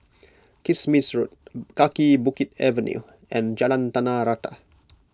Kismis Road Kaki Bukit Avenue and Jalan Tanah Rata